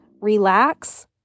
relax